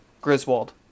Griswold